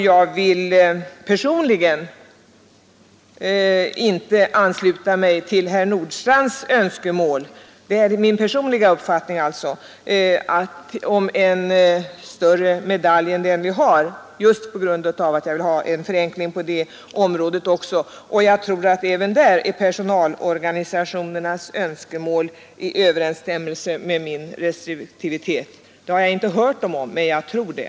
Jag vill personligen inte ansluta mig till herr Nordstrandhs önskemål om en större medalj än den som redan finns just därför att jag vill ha en förenkling på det här området. Jag tror att även där står personalorganisationernas önskemål i överensstämmelse med min restriktivitet. Det har jag inte hört med dem om, men jag tror det.